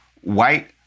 white